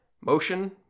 motion